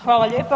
Hvala lijepa.